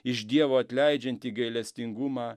iš dievo atleidžiantį gailestingumą